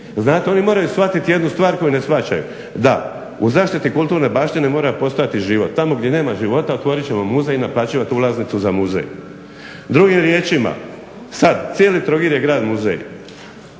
Znate, oni moraju shvatiti jednu stvar koju ne shvaćaju da u zaštiti kulturne baštine mora postojati život. Tamo gdje nema života otvorit ćemo muzej i naplaćivati ulaznicu za muzej. Drugim riječima sad cijeli Trogir je grad muzej.